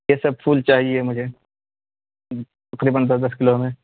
یہ سب پھول چاہیے مجھے تقریباً دس دس کلو میں